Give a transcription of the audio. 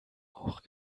auch